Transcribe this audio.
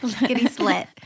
Lickety-split